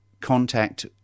contact